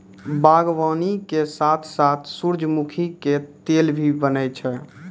बागवानी के साथॅ साथॅ सूरजमुखी के तेल भी बनै छै